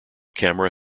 camera